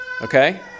Okay